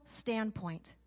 standpoint